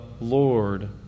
Lord